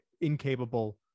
incapable